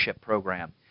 program